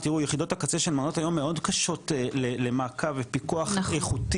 תראו יחידות הקצה של מעונות היום מאוד קשות למעקב ופיקוח איכותי,